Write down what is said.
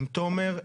עם תומר,